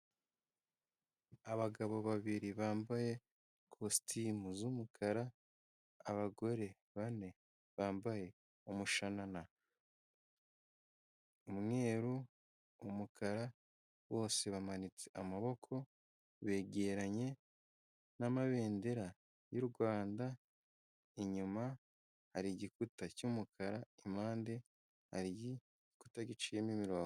Abagabo babiri bambaye kositimu z'umukara, abagore bane bambaye umushananana, umweru, umukara, bose bamanitse amaboko, begeranye n'amabendera y'u Rwanda, inyuma harigikuta cy' umukara impande aryi kuta giciyemo imirongo.